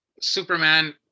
Superman